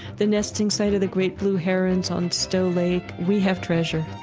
the nesting site of the great blue herons on stowe lake. we have treasure.